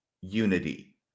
unity